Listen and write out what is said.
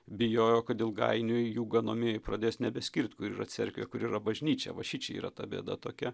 bijojo kad ilgainiui jų ganomieji pradės nebeskirt kur yra cerkvė kur yra bažnyčia va šičia yra ta bėda tokia